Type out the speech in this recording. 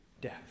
death